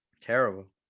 Terrible